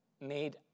made